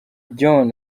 john